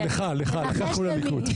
לך, לליכוד.